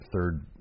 third –